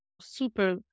super